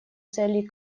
целей